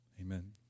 amen